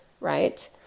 right